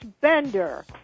Bender